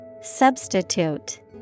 Substitute